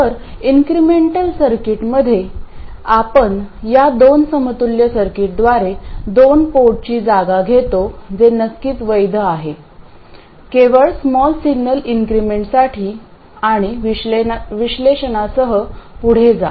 तर इंक्रीमेंटल सर्किटमध्ये आपण या दोन समतुल्य सर्किटद्वारे दोन पोर्टची जागा घेतो जे नक्कीच वैध आहे केवळ स्मॉल सिग्नल इंक्रीमेंटसाठी आणि विश्लेषणासह पुढे जा